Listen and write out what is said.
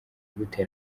gute